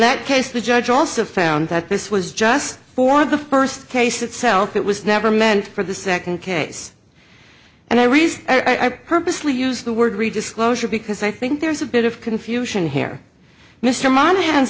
that case the judge also found that this was just for the first case itself it was never meant for the second case and i reason i purposely used the word read disclosure because i think there's a bit of confusion here mr monahan